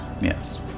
Yes